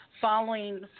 following